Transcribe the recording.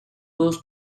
goes